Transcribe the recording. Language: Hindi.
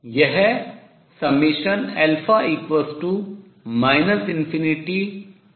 यह ∞nn